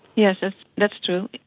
yes, that's true.